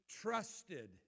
trusted